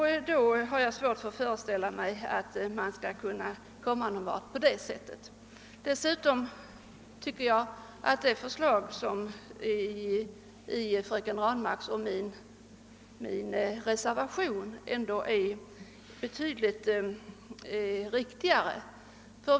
Därför har jag svårt att föreställa mig att man skall kunna komma någonvart på den vägen. Det förslag som fröken Ranmark och jag har framlagt i vår reservation är betydligt riktigare.